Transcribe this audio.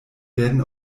werden